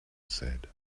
said